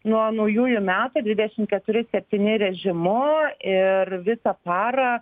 nuo naujųjų metų dvidešimt keturi septyni režimu ir visą parą